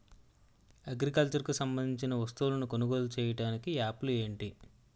Agriculture కు సంబందించిన వస్తువులను కొనుగోలు చేయటానికి యాప్లు ఏంటి?